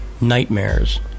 nightmares